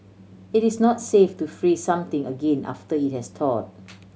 it is not safe to freeze something again after it has thaw